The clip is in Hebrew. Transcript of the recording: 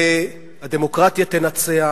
והדמוקרטיה תנצח,